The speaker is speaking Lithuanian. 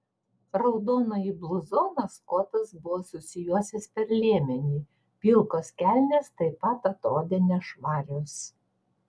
raudonąjį bluzoną skotas buvo susijuosęs per liemenį pilkos kelnės taip pat atrodė nešvarios